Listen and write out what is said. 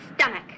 stomach